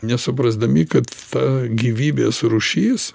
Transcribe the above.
nesuprasdami kad ta gyvybės rūšis